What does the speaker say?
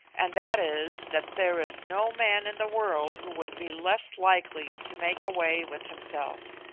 and that is that there is no man in the world who would be less likely to make away with himself.